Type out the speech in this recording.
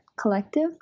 Collective